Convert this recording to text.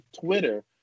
Twitter